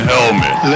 Helmet